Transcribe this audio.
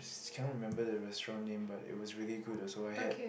cannot remember the restaurant name but it was really good also I had